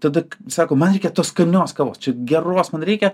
tada sako man reikia tos skanios kavos čia geros man reikia